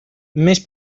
més